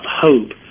hope